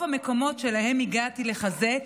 ברוב המקומות שבהם הגעתי לחזק,